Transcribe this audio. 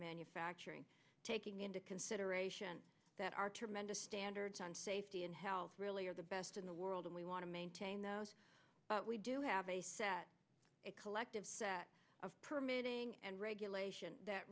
manufacturing taking into consideration that our tremendous standards on safety and health really are the best in the world and we want to maintain those but we do have a collective set of permitting and regulation that